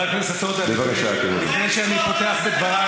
למה כצאן לטבח?